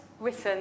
written